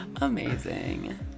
amazing